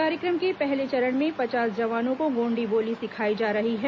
कार्यक्रम के पहले चरण में पचास जवानों को गोण्डी बोली सिखाई जा रही है